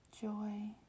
joy